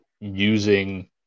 using